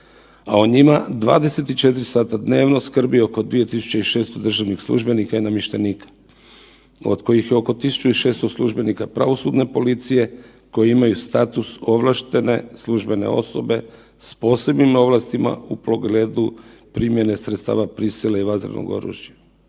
a o njima 24 sata dnevno skrbi oko 2600 državnih službenika i namještenika, od kojih je oko 1600 službenika pravosudne policije koji imaju status ovlaštene službene osobe s posebnim ovlastima u pogledu primjene sredstava prisile i vatrenog oružja.